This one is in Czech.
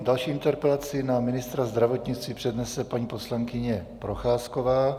Další interpelaci na ministra zdravotnictví přednese paní poslankyně Procházková.